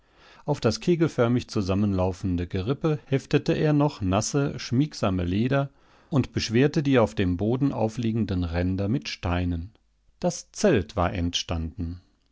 auf das kegelförmig zusammenlaufende gerippe heftete er das noch nasse schmiegsame leder und beschwerte die auf dem boden aufliegenden ränder mit steinen das zelt war entstanden